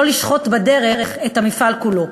לא לשחוט בדרך את המפעל כולו.